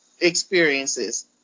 experiences